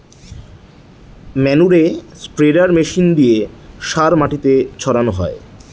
ম্যানুরে spreader machine দিয়ে সার মাটিতে ছড়ানো হয়